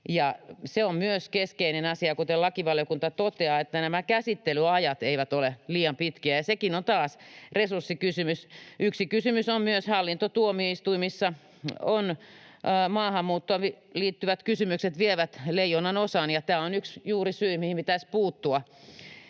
Se on myös keskeinen asia, kuten lakivaliokunta toteaa, että nämä käsittelyajat eivät ole liian pitkiä, ja sekin on taas resurssikysymys. Yksi kysymys on myös, että hallintotuomioistuimissa maahanmuuttoon liittyvät kysymykset vievät resursseista leijonanosan, ja tämä on yksi juurisyy, mihin pitäisi puuttua,